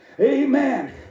amen